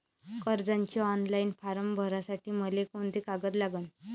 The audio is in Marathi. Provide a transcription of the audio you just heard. कर्जाचे ऑनलाईन फारम भरासाठी मले कोंते कागद लागन?